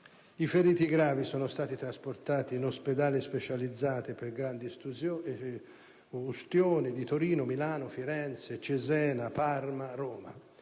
I feriti gravi sono stati trasportati negli ospedali specializzati in grandi ustionati di Torino, Milano, Firenze, Cesena, Parma e Roma.